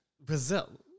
Brazil